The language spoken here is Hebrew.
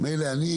מילא אני,